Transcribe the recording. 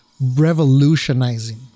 revolutionizing